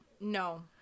no